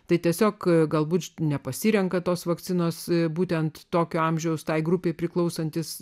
tai tiesiog galbūt nepasirenka tos vakcinos būtent tokio amžiaus tai grupei priklausantys